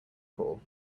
pool